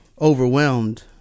overwhelmed